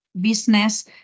business